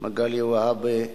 מגלי והבה,